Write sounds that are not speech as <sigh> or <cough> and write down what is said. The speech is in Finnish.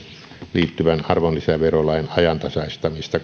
liittyvää arvonlisäverolain ajantasaistamista <unintelligible>